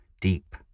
deep